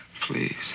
Please